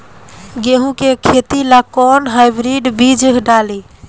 गेहूं के खेती ला कोवन हाइब्रिड बीज डाली?